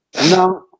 no